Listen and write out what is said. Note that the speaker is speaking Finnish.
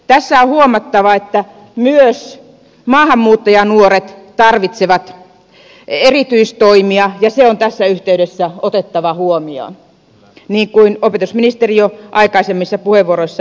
tässä on huomattava että myös maahanmuuttajanuoret tarvitsevat erityistoimia ja se on tässä yhteydessä otettava huomioon niin kuin opetusministeri jo aikaisemmissa puheenvuoroissaan lupasi